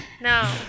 No